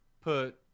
put